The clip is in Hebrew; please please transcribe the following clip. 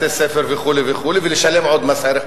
כי שמעתי שאתה מסיר.